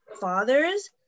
fathers